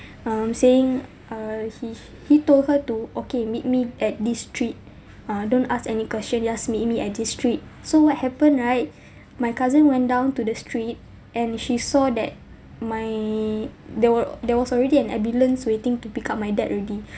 um saying uh he he told her to okay meet me at this street uh don't ask any question just meet me at this street so what happened right my cousin went down to the street and she saw that my there were there was already an ambulance waiting to pick up my dad already